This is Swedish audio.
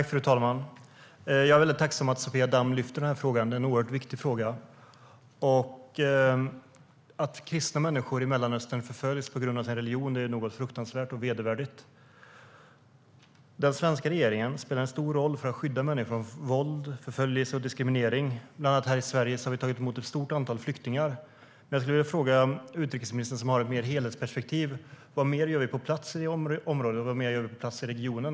Fru talman! Jag är tacksam för att Sofia Damm har lyft upp denna fråga. Den är oerhört viktig. Att kristna människor i Mellanöstern förföljs på grund av sin religion är fruktansvärt och vedervärdigt. Den svenska regeringen spelar en stor roll för att skydda människor från våld, förföljelse och diskriminering. Sverige har bland annat tagit emot ett stort antal flyktingar. Jag vill fråga utrikesministern, som har ett helhetsperspektiv: Vad mer gör vi på plats i området och i regionen?